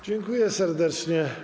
Dziękuję serdecznie.